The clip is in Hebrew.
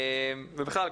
ובכלל,